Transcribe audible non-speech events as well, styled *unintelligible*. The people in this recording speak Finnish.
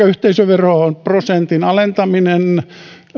*unintelligible* yhteisöveroprosentin alentaminen